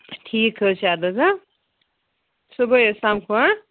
ٹھیٖک حظ چھُ اَدٕ حظ ہَہ صُبحٲے حظ سَمکھو ہَہ